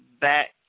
back